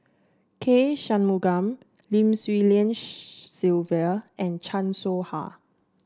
K Shanmugam Lim Swee Lian Sylvia and Chan Soh Ha